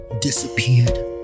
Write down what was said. disappeared